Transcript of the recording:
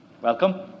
Welcome